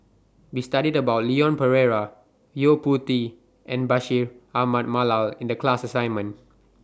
We studied about Leon Perera Yo Po Tee and Bashir Ahmad Mallal in The class assignment